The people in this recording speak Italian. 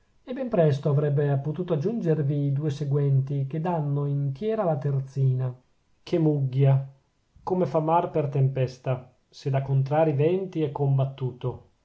e ben presto avrebbe potuto aggiungervi i due seguenti che dànno intiera la terzina che mugghia come fa mar per tempesta se da contrarii venti è combattuto